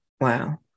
Wow